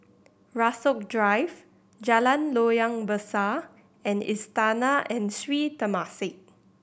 Rasok Drive Jalan Loyang Besar and Istana and Sri Temasek